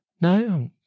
no